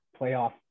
playoff